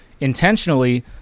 intentionally